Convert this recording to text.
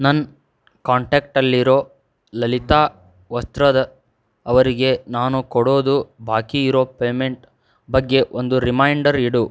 ನನ್ನ ಕಾಂಟ್ಯಾಕ್ಟಲ್ಲಿರೊ ಲಲಿತಾ ವಸ್ತ್ರದ ಅವರಿಗೆ ನಾನು ಕೊಡೋದು ಬಾಕಿಯಿರೊ ಪೇಮೆಂಟ್ ಬಗ್ಗೆ ಒಂದು ರಿಮೈಂಡರ್ ಇಡು